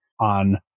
on